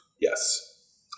Yes